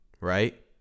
Right